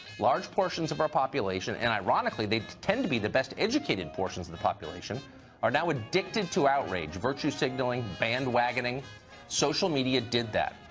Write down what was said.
large portions of our population and ironically, they tend to be the best educated portions of the population are now addicted to outrage, virtue signaling, bandwagoning social media did that.